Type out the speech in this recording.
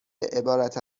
عبارت